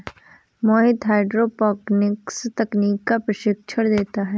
मोहित hydroponics तकनीक का प्रशिक्षण देता है